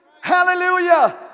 hallelujah